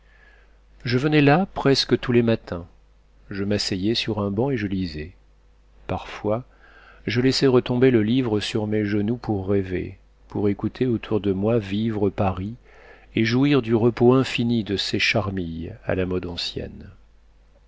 je venais là presque tous les matins je m'asseyais sur un banc et je lisais parfois je laissais retomber le livre sur mes genoux pour rêver pour écouter autour de moi vivre paris et jouir du repos infini de ces charmilles à la mode ancienne